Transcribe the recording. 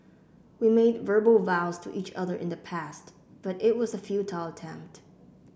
we made verbal vows to each other in the past but it was a futile attempt